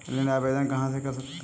ऋण आवेदन कहां से कर सकते हैं?